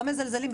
לא מזלזלים,